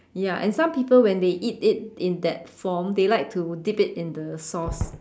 ya and some people when they eat it in that form they like to dip it in the sauce